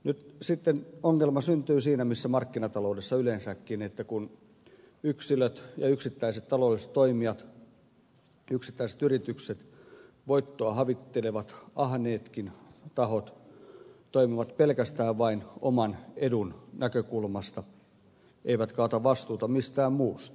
nyt sitten ongelma syntyy siinä missä markkinataloudessa yleensäkin että yksilöt ja yksittäiset taloudelliset toimijat yksittäiset yritykset voittoa havittelevat ahneetkin tahot toimivat pelkästään vain oman edun näkökulmasta eivätkä ota vastuuta mistään muusta